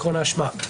עקרון האשמה.